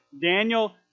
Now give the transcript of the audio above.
Daniel